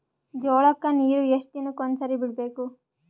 ಜೋಳ ಕ್ಕನೀರು ಎಷ್ಟ್ ದಿನಕ್ಕ ಒಂದ್ಸರಿ ಬಿಡಬೇಕು?